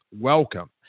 welcome